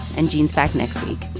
and gene's back next week.